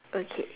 okay